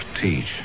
teach